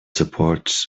supports